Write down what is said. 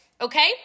Okay